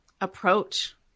approach